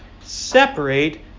separate